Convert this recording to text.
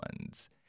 ones